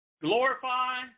glorify